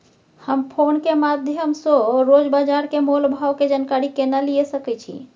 हम फोन के माध्यम सो रोज बाजार के मोल भाव के जानकारी केना लिए सके छी?